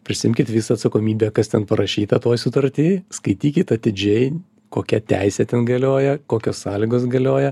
prisiimkit visą atsakomybę kas ten parašyta toj sutarty skaitykit atidžiai kokia teisė ten galioja kokios sąlygos galioja